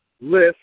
List